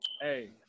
hey